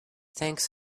thanks